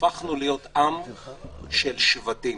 הפכנו להיות עם של שבטים.